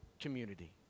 community